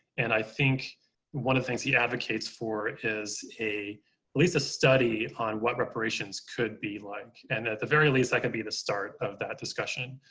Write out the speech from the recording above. and i think one of the things he advocates for is a at least a study on what reparations could be like, and at the very least, that can be the start of that discussion.